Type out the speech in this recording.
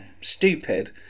stupid